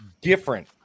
different